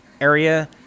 area